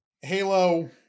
Halo